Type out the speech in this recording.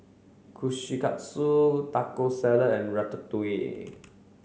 Kushikatsu Taco Salad and Ratatouille